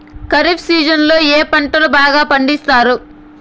ఖరీఫ్ సీజన్లలో ఏ పంటలు బాగా పండిస్తారు